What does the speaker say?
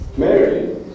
Mary